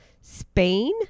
spain